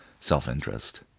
self-interest